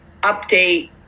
update